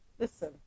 Listen